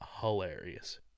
hilarious